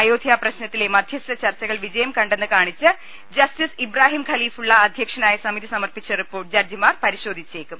അയോധ്യ പ്രശ്നത്തിലെ മധ്യസ്ഥ ചർച്ചകൾ വിജയംകണ്ടെന്ന് കാണിച്ച് ജസ്റ്റിസ് ഇബ്രാഹിം ഖലീഫുള്ള അധ്യക്ഷനായ സമിതി സമർപ്പിച്ച റിപ്പോർട്ട് ജഡ്ജിമാർ പരിശോധിച്ചേക്കും